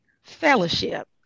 fellowship